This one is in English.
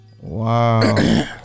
Wow